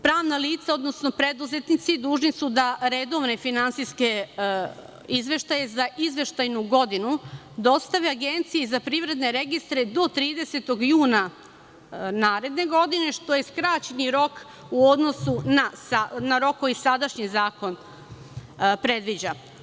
Pravna lica, odnosno preduzetnici, dužni su da redovne finansijske izveštaje za izveštajnu godinu, dostave Agenciji za privredne registre do 30. juna naredne godine, što je skraćeni rok u odnosu na rok koji sadašnji zakon predviđa.